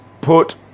put